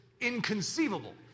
inconceivable